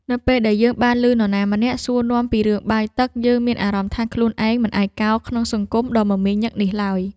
នៅពេលដែលយើងបានឮនរណាម្នាក់សួរនាំពីរឿងបាយទឹកយើងមានអារម្មណ៍ថាខ្លួនឯងមិនឯកោក្នុងសង្គមដ៏មមាញឹកនេះឡើយ។